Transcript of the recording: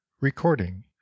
Recording